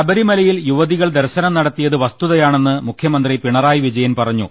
ശബരിമലയിൽ യുവതികൾ ദർശനം നടത്തിയത് വസ്തുതയാണെന്ന് മുഖൃമന്ത്രി പിണറായി വിജയൻ പറഞ്ഞു